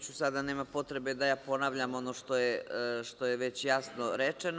Sada nema potrebe da ponavljam ono što je već jasno rečeno.